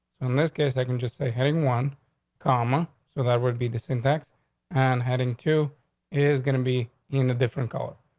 in this case, i can just say heading one comma so that would be this in tax on and heading to is gonna be in a different color.